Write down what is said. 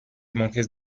monjes